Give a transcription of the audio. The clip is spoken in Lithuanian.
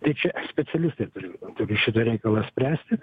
tai čia specialistai turi tokį šitą reikalą spręsti